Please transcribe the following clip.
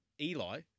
Eli